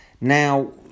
Now